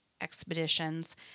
expeditions